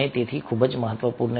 તેથી આ ખૂબ જ મહત્વપૂર્ણ છે